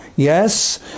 Yes